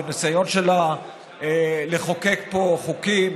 בניסיון שלה לחוקק פה חוקים,